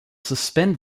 suspend